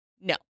No